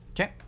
Okay